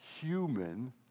human